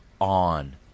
on